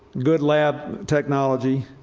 good lab technology.